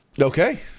Okay